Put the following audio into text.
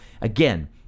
Again